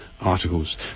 articles